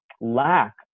lack